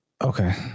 Okay